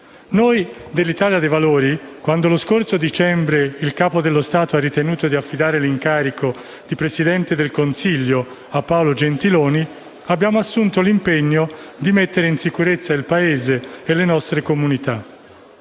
Noi dell'Italia dei Valori, quando lo scorso dicembre il Capo dello Stato ha ritenuto di affidare l'incarico di Presidente del Consiglio a Paolo Gentiloni Silveri, abbiamo assunto l'impegno di mettere in sicurezza il Paese e le nostre comunità.